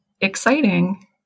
exciting